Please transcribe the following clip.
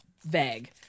vague